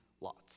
lots